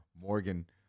Morgan